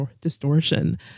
distortion